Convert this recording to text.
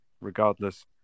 regardless